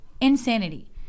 Insanity